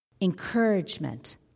encouragement